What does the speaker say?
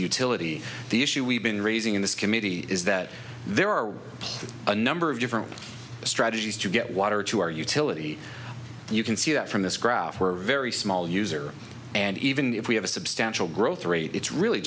utility the issue we've been raising in this committee is that there are a number of different strategies to get water to our utility and you can see that from this graph where very small user and even if we have a substantial growth rate it's really